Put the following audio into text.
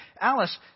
Alice